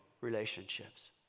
relationships